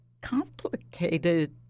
complicated